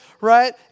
right